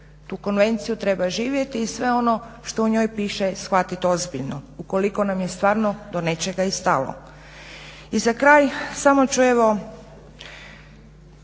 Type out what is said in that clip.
tu konvenciju treba živjeti i sve ono što u njoj piše shvatiti ozbiljno. Ukoliko nam je stvarno do nečega i stalo. I za kraj, samo ću evo